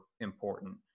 important